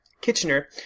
Kitchener